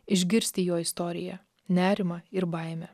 išgirsti jo istoriją nerimą ir baimę